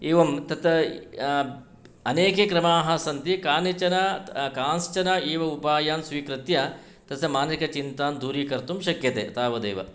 एवं तत्र अनेके क्रमाः सन्ति कानिचन कांश्चन एव उपायान् स्वीकृत्य तस्य मानसिकचिन्तां दूरीकर्तुं शक्यते तावद् एव